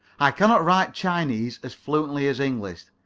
i cannot write chinese as fluently as english,